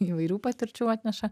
įvairių patirčių atneša